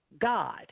God